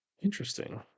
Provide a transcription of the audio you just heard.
Interesting